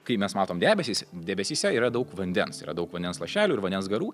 kai mes matom debesys debesyse yra daug vandens yra daug vandens lašelių ir vandens garų